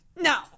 No